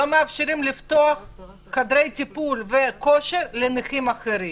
לא מאפשרים לפתוח חדרי טיפול וכושר לנכים אחרים.